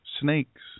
snakes